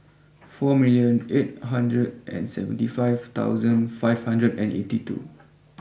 four million eight hundred and seventy five thousand five hundred and eighty two